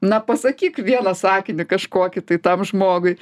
na pasakyk vieną sakinį kažkokį tai tam žmogui